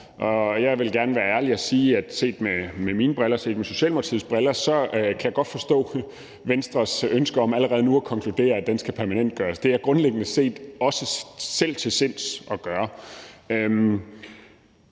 jeg vil gerne være ærlig og sige, at set med mine briller og set med Socialdemokratiets briller kan jeg godt forstå Venstres ønske om allerede nu at konkludere, at den skal permanentgøres. Det er jeg grundlæggende set også selv til sinds at gøre.